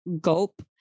gulp